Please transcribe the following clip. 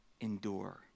endure